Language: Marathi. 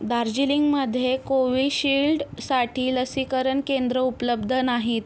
दार्जिलिंगमध्ये कोविशिल्डसाठी लसीकरण केंद्रं उपलब्ध नाहीत